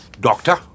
Doctor